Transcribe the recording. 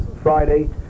Friday